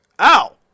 Ow